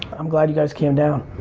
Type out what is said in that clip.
i'm glad you guys came down.